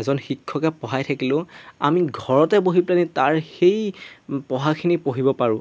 এজন শিক্ষকে পঢ়াই থাকিলেও আমি ঘৰতে বহি পেলাই নি তাৰ সেই পঢ়াখিনি পঢ়িব পাৰোঁ